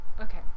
Okay